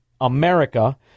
America